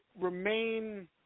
remain